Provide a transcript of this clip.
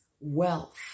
wealth